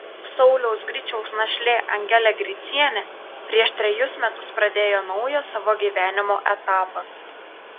sauliaus griciaus našlė angelė gricienė prieš trejus metus pradėjo naują savo gyvenimo etapą